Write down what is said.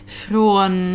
från